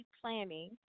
planning